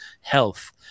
health